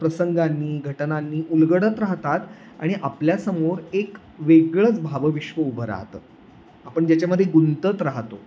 प्रसंगांनी घटनांनी उलगडत राहतात आणि आपल्यासमोर एक वेगळंच भावविश्व उभं राहतं आपण ज्याच्यामध्ये गुंतत राहतो